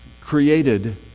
created